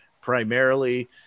primarily